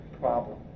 problem